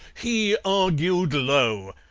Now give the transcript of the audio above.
he argued low,